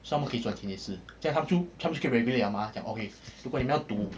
so 他们可以赚钱也是这样他们就可以 regulate 了嘛这样 okay 如果你们要赌